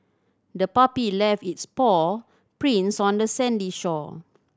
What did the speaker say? the puppy left its paw prints on the sandy shore